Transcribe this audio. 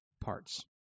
parts